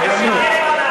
מי מנע ממנו?